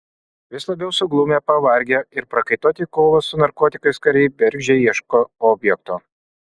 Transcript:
vis labiau suglumę pavargę ir prakaituoti kovos su narkotikais kariai bergždžiai ieško objekto